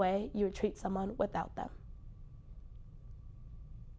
way you treat someone without them